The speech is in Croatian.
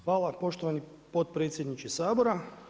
Hvala poštovani potpredsjedniče Sabora.